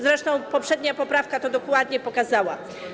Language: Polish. Zresztą poprzednia poprawka dokładnie to pokazała.